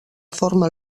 forma